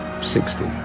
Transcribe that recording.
Sixty